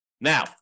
Now